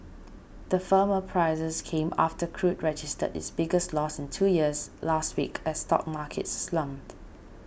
the firmer prices came after crude registered its biggest loss in two years last week as stock markets slumped